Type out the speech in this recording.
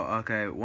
okay